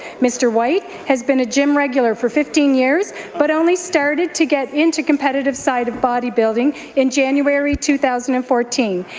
mr. white has been a gym regular for fifteen years but only started to get into competitive side of bodybuilding in january two thousand and fourteen.